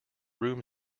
room